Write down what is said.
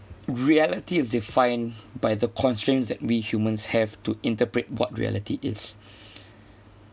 reality is defined by the constraints that we humans have to interpret what reality is